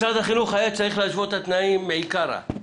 מצד החינוך היה צריך להשוות את התנאים מעיקרא.